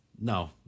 no